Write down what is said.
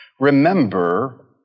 Remember